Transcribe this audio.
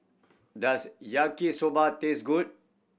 does Yaki Soba taste good